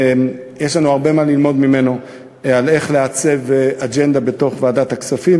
יש לנו הרבה מה ללמוד ממנו על איך לעצב אג'נדה בוועדת הכספים.